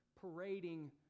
parading